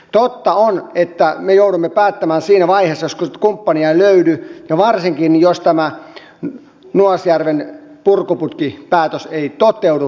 totta on että me joudumme päättämään tämän siinä vaiheessa jos sitä kumppania ei löydy ja varsinkin jos tämä nuasjärven purkuputkipäätös ei toteudu